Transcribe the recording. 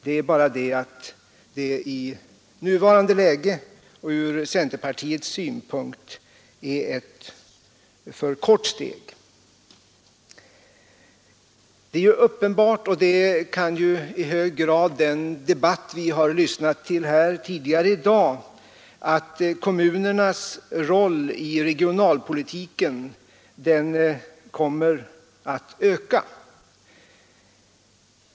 Det är bara det att det i nuvarande läge och ur centerpartiets synpunkt är ett för kort steg. Det är ju uppenbart — och det visar den debatt vi har lyssnat till här tidigare i dag — att kommunernas roll i regionalpolitiken kommer att öka.